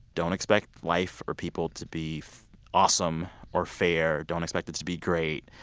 don't expect life or people to be awesome or fair. don't expect it to be great.